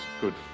good